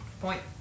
Point